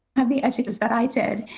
have the edges that i did,